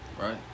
Right